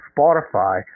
Spotify